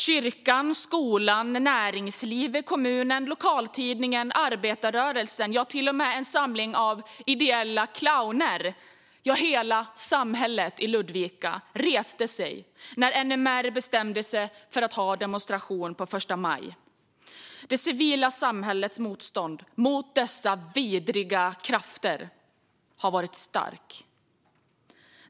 Kyrkan, skolan, näringslivet, kommunen, lokaltidningen, arbetarrörelsen, till och med en samling av clowner som arbetar ideellt, ja, hela samhället i Ludvika, reste sig när NMR bestämde sig för att demonstrera på första maj. Det civila samhällets motstånd mot dessa vidriga krafter har varit starkt.